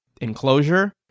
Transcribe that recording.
enclosure